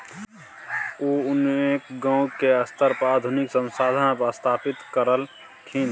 उ अनेक गांव के स्तर पर आधुनिक संसाधन सब स्थापित करलखिन